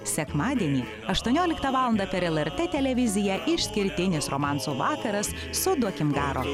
sekmadienį aštuonioliktą valandą per lrt televiziją išskirtinis romansų vakaras su duokim garo